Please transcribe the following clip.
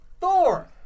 Thor